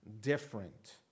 different